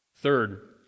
Third